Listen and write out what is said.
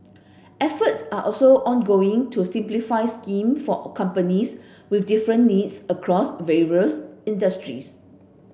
efforts are also ongoing to simplify scheme for companies with different needs across various industries